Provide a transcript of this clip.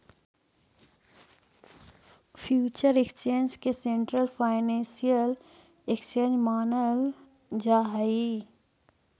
future exchange के central financial exchange मानल जा हइ